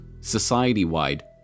society-wide